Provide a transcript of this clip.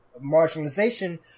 marginalization